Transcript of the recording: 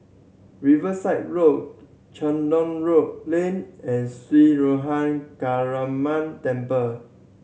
Riverside Road Ceylon Road Lane and Sri Ruthra Kaliamman Temple